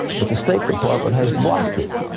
but the state department has blocked it.